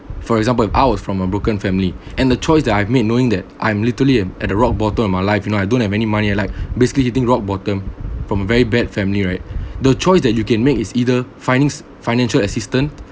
for example if I was from a broken family and the choice that I've made knowing that I'm literally and at the rock bottom of my life you know I don't have any money and like basically hitting rock bottom from very bad family right the choice that you can make it's either findings financial assistance